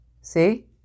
See